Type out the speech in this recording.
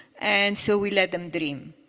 and so we let them dream.